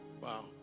wow